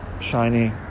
shiny